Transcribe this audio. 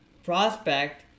Prospect